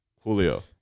Julio